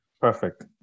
Perfect